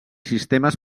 sistemes